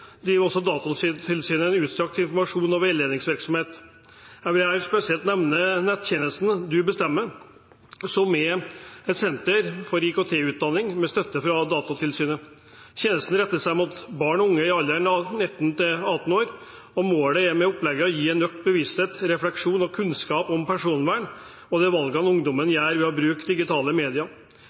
Datatilsynet også en utstrakt informasjons- og veiledningsvirksomhet. Jeg vil her spesielt nevne nettjenesten DU Bestemmer, som er et senter for IKT-utdanning med støtte fra Datatilsynet. Tjenesten retter seg mot barn og unge i alderen 9–18 år. Målet med opplegget er å gi økt bevissthet, refleksjon og kunnskap om personvern og de valgene ungdommene gjør ved å bruke digitale medier.